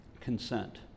consent